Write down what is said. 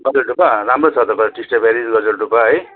गजलडुब्बा राम्रो छ त तपाईँ टिस्टा ब्यारेज गजलडुब्बा है